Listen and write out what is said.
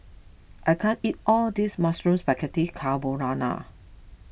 I can't eat all this Mushroom Spaghetti Carbonara